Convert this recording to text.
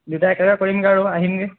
দুয়োটাই একেলগে কৰিমগৈ আৰু আহিমগৈ